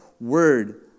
Word